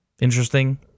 interesting